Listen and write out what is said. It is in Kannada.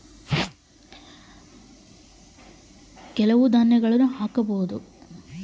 ಕೆಂಪು ಮಣ್ಣು ಬಿಟ್ಟು ಬೇರೆ ಎಲ್ಲಾ ಮಣ್ಣಿನಾಗ ದ್ವಿದಳ ಧಾನ್ಯಗಳನ್ನ ಹಾಕಬಹುದಾ?